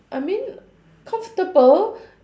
I mean comfortable